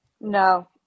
No